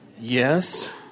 Yes